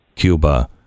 Cuba